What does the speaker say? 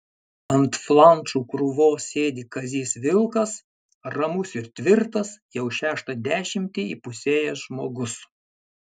ant flanšų krūvos sėdi kazys vilkas ramus ir tvirtas jau šeštą dešimtį įpusėjęs žmogus